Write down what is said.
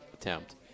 attempt